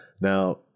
Now